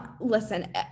Listen